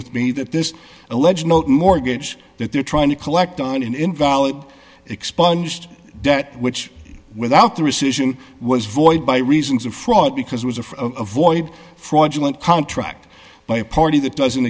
with me that this alleged mortgage that they're trying to collect on an invalid expunged debt which without the rescission was void by reasons of fraud because of a void fraudulent contract by a party that doesn't